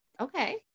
Okay